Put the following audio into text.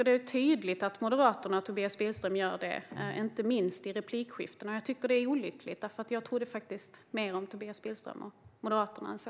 Det är tydligt att Moderaterna och Tobias Billström gör just det, inte minst i replikskiftena. Det är olyckligt. Jag trodde mer om Tobias Billström och Moderaterna än så.